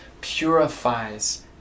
purifies